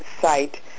site